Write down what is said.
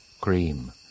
cream